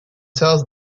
tells